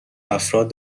افراد